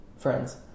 Friends